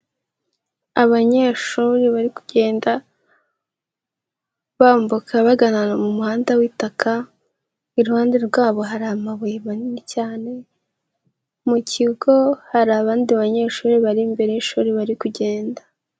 Abanyeshuri bari kugenda bambuka bagana mu muhanda w'itaka, iruhande rwabo hari amabuye manini cyane, mu kigo hari abandi banyeshuri bari imbere y'ishuri bari kugenda.